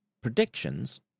predictions